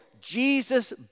Jesus